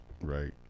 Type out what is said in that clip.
right